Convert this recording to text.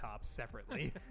separately